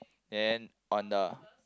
then on the